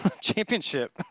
championship